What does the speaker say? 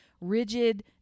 rigid